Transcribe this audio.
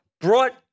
brought